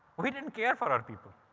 we didn't care for our people.